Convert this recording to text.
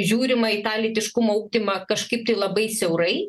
žiūrima į tą lytiškumo ugdymą kažkaip tai labai siaurai